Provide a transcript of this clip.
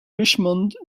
richmond